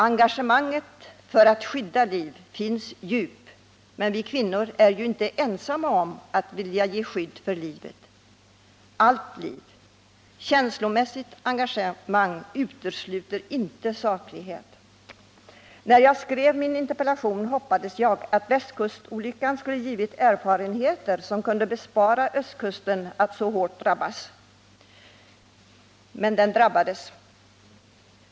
Engagemanget för att skydda liv är djupt. Men vi kvinnor är inte ensamma om att vilja ge skydd åt livet — allt liv. Känslomässigt engagemang utesluter inte saklighet. När jag skrev min interpellation hoppades jag att västkustolyckan skulle ge erfarenheter som kunde bespara ostkusten att drabbas så hårt. Men den drabbades.